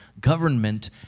government